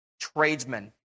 Tradesmen